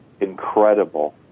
incredible